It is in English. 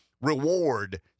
reward